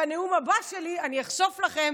ובנאום הבא שלי אני אחשוף לכם